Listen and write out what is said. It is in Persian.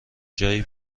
جایی